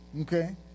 Okay